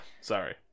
sorry